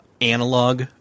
analog